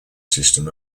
system